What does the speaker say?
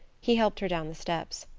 he helped her down the steps.